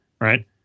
right